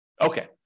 Okay